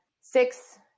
six